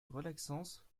relaxante